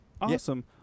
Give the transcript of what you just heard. Awesome